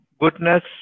goodness